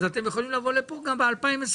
אתם יכולים לבוא לכאן גם ב-2027,